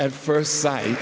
at first sight